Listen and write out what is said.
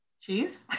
cheese